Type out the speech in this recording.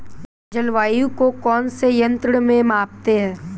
जलवायु को कौन से यंत्र से मापते हैं?